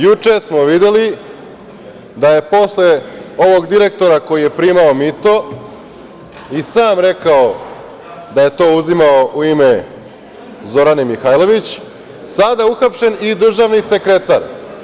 Juče smo videli da je posle ovog direktora koji je primao mito i sam rekao da je to uzimao u ime Zorane Mihajlović, sada je uhapšen i državni sekretar.